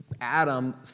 Adam